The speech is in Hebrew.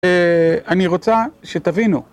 אני רוצה שתבינו.